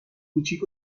کوچیک